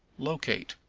locate.